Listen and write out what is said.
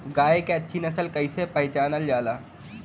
गाय के अच्छी नस्ल कइसे पहचानल जाला?